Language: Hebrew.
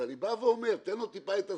אז אני אומר, תן לו טיפה את הזמן.